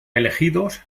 elegidos